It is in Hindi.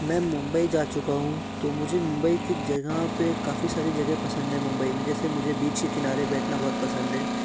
मैं मुंबई जा चुका हूँ तो मुझे मुंबई की जगह पर काफ़ी सारी जगह पसंद है मुंबई में जैसे मुझे बीच के किनारे बैठना बहुत पसंद है